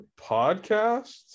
Podcast